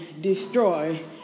destroy